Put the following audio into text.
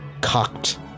cocked